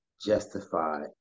justify